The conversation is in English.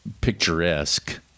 picturesque